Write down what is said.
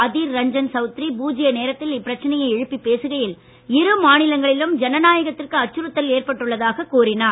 அதீர் ரஞ்சன் சவுத்ரி பூஜ்ய நேரத்தில் இப்பிரச்சனையை எழுப்பி பேசுகையில் இரு மாநிலங்களிலும் ஜனநாயகத்திற்கு அச்சுறுத்தல் ஏற்பட்டுள்ளதாக கூறினார்